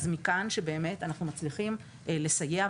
מכאן שאנחנו באמת מצליחים לסייע,